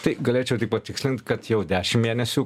tai galėčiau tik patikslint kad jau dešim mėnesių